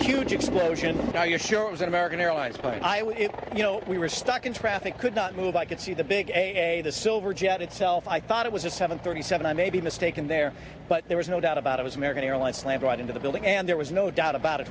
huge explosion now you're sure it was an american airlines plane you know we were stuck in traffic could not move i could see the big the silver jet itself i thought it was a seven thirty seven i may be mistaken there but there was no doubt about it was american airlines slammed right into the building and there was no doubt about it